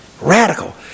radical